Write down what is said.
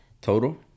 total